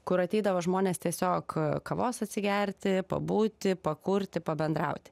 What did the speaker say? kur ateidavo žmonės tiesiog kavos atsigerti pabūti pakurti pabendrauti